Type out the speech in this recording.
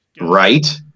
Right